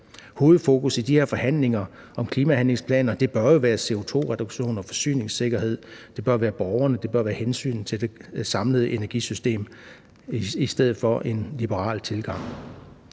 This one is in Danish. Hovedfokus i de her forhandlinger om klimahandlingsplanerne bør jo være CO2-reduktioner, forsyningssikkerhed; det bør være borgerne, det bør være hensynet til det samlede energisystem i stedet for en liberal tilgang.